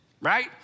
right